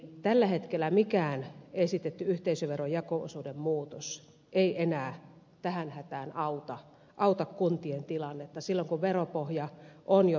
tällä hetkellä mikään esitetty yhteisöverojako osuuden muutos ei enää tähän hätään auta kuntien tilannetta silloin kun veropohja on jo pettänyt